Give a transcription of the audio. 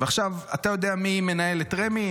אתה יודע מי מנהל את רמ"י?